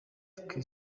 twe